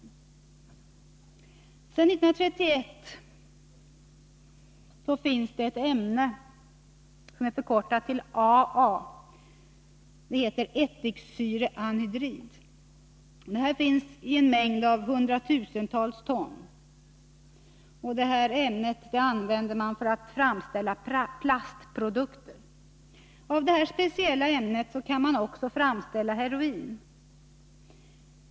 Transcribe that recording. Sedan 1931 finns det ett ämne som heter ättikssyraanhydrid, förkortat AA, i en mängd av hundratusentals ton. Det används för framställning av plastprodukter. Av detta speciella ämne kan man också framställa heroin.